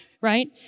right